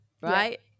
right